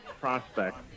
prospect